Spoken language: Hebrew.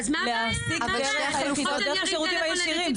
להעסיק דרך השירותים הישירים.